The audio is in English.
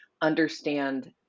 understand